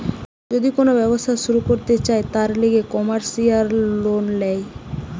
যদি কোন ব্যবসা শুরু করতে চায়, তার লিগে কমার্সিয়াল লোন ল্যায়